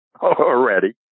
already